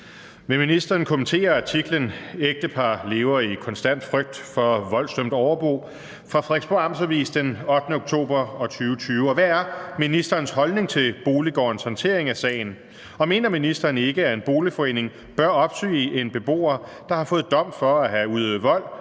Vil ministeren kommentere artiklen »Ægtepar lever i konstant frygt for voldsdømt overbo« fra Frederiksborg Amts Avis den 8. oktober 2020, og hvad er ministerens holdning til Boliggårdens håndtering af sagen, og mener ministeren ikke, at en boligforening bør opsige en beboer, der har fået dom for at have udøvet vold